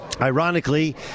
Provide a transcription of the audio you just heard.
Ironically